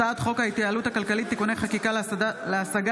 הצעת חוק ההתייעלות הכלכלית (תיקוני חקיקה להשגת